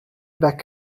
back